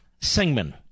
Singman